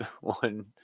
one